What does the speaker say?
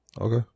okay